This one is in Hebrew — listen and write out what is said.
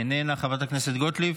איננה, חברת הכנסת גוטליב,